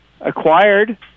acquired